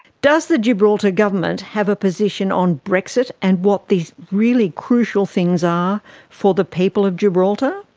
does the gibraltar government have a position on brexit and what the really crucial things are for the people of gibraltar?